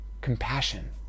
compassion